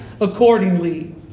accordingly